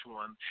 one